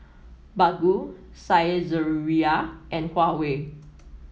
Baggu Saizeriya and Huawei